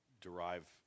derive